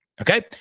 Okay